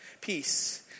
peace